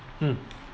mm